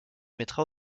mettra